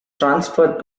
transferred